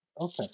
okay